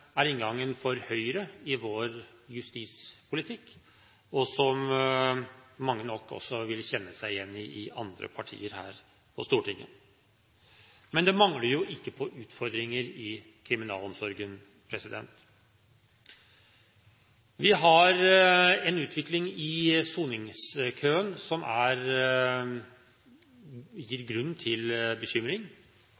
er inngangen for Høyre i justispolitikken, og som mange i andre partier her på Stortinget nok også vil kjenne seg igjen i. Men det mangler jo ikke på utfordringer i kriminalomsorgen. Vi har en utvikling med hensyn til soningskøen som gir grunn til bekymring. Det er